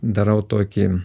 darau tokį